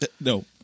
No